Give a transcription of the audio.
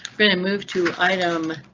going to move to item.